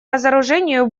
разоружению